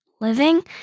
living